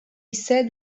said